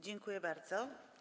Dziękuję bardzo.